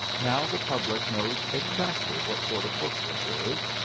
now the public knows exactly what sort of book this is,